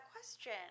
question